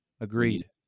agreed